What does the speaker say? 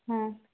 ହଁ